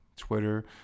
Twitter